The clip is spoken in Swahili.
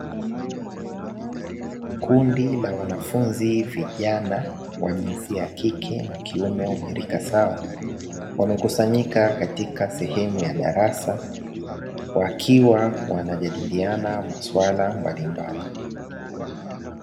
Kundi la wanafunzi vijana wa jinsia ya kike na kiume wenye rika sawa, wamekusanyika katika sehemu ya darasa, wakiwa wanajadiliana maswala mbalimbali,